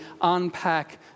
unpack